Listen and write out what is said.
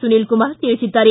ಸುನೀಲ ಕುಮಾರ್ ತಿಳಿಸಿದ್ದಾರೆ